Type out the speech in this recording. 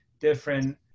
different